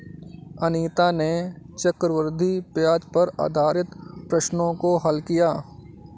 अनीता ने चक्रवृद्धि ब्याज पर आधारित प्रश्नों को हल किया